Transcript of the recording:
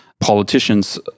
politicians